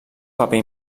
paper